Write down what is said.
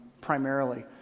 primarily